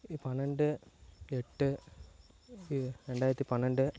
பன்னெண்டு எட்டு ரெண்டாயிரத்தி பன்னெண்டு